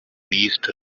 east